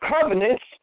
covenants